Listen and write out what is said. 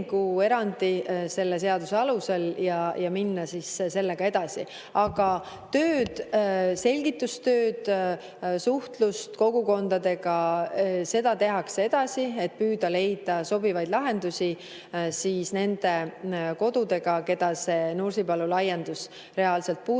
selle seaduse alusel ja minna sellega edasi. Aga tööd, selgitustööd, suhtlust kogukondadega, seda kõike tehakse edasi, et leida sobivaid lahendusi nende kodude jaoks, mida Nursipalu laiendus reaalselt puudutab.